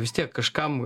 vis tiek kažkam